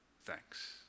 thanks